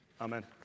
Amen